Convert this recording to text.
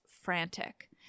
frantic